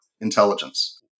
intelligence